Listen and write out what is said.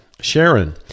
Sharon